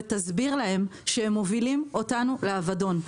ותסביר להם שהם מובילים אותנו לאבדון.